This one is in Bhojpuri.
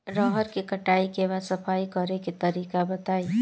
रहर के कटाई के बाद सफाई करेके तरीका बताइ?